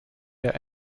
der